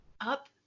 up